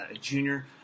junior